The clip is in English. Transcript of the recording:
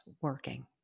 working